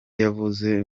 yavuzwe